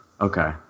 Okay